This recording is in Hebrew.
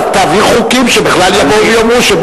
תעביר חוקים שבכלל יבואו ויאמרו,